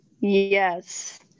yes